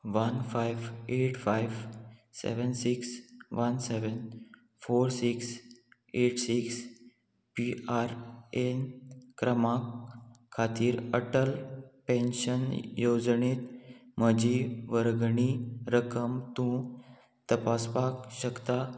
one five five seven six one seven four six eight six P R N क्रमांक खातीर Atal pension येवजणेंत म्हजी वर्गणी रक्कम तूं तपासपाक शकता